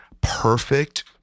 perfect